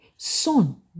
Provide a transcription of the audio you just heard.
Son